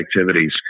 activities